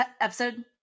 episode